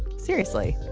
seriously?